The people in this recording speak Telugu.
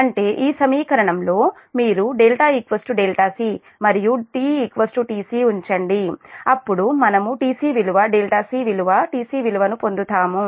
అంటే ఈ సమీకరణంలో మీరుδc మరియు t tc ఉంచండి అప్పుడు మనముtcవిలువ c విలువ tc విలువ ను పొందుతాము